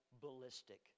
ballistic